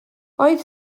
oedd